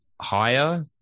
higher